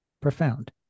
profound